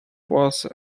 was